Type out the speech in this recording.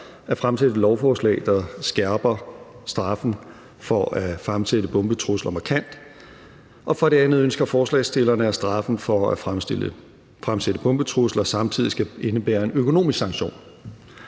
fremsætte et lovforslag, der skærper straffen for at fremsætte bombetrusler markant. Og for det andet ønsker forslagsstillerne, at straffen for at fremsætte bombetrusler samtidig skal indebære en økonomisk sanktion.